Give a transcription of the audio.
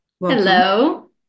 Hello